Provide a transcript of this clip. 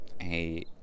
hey